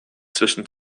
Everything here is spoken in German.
zwischen